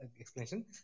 explanation